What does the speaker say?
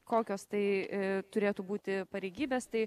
kokios tai turėtų būti pareigybės tai